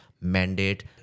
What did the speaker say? mandate